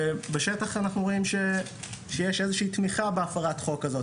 בשטח אנחנו רואים שיש איזה שהיא תמיכה בהפרת החוק הזאת,